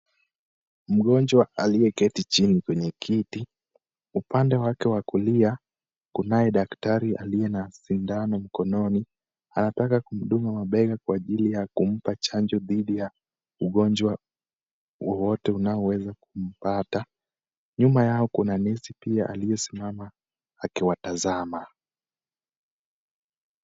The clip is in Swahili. Mgonjwa aliyeketi chini kwenye kiti. Upande wake wa kulia kunaye daktari aliye na sindano mkononi. Anataka kumdunga mabega kwa ajili ya kumpa chanjo dhidi ya ugonjwa wowote unaoweza kumpata. Nyuma yao kuna nesi pia aliyesimama akiwatazama.